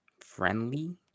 Friendly